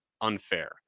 unfair